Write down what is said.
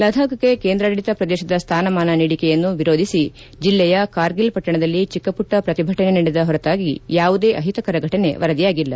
ಲದಾಬ್ಗೆ ಕೇಂದ್ರಾಡಳಿತ ಪ್ರದೇಶದ ಸ್ಥಾನಮಾನ ನೀಡಿಕೆಯನ್ನು ವಿರೋಧಿಸಿ ಜಿಲ್ಲೆಯ ಕಾರ್ಗಿಲ್ ಪಟ್ಟಣದಲ್ಲಿ ಚಿಕ್ಕಮಟ್ಟ ಪ್ರತಿಭಟನೆ ನಡೆದ ಹೊರತಾಗಿ ಯಾವುದೇ ಅಹಿತಕರ ಘಟನೆ ವರದಿಯಾಗಿಲ್ಲ